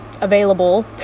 available